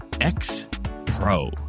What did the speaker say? X-Pro